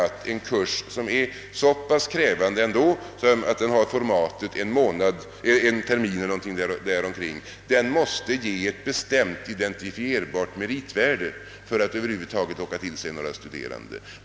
Ty en kurs som dock kräver ungefär en termins studier måste ha ett bestämt definierbart meritvärde för att över huvud taget kunna locka studerande.